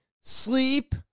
sleep